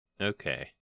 Okay